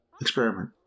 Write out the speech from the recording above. experiment